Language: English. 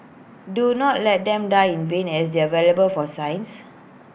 do not let them die in vain as they are valuable for science